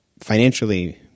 financially